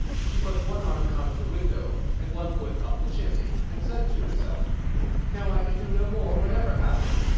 she put one arm out of the window, and one foot up the chimney, and said to herself now i can do no more, whatever happens.